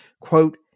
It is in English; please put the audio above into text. quote